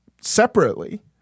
separately –